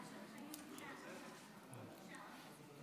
על ההצהרה)